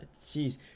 Jeez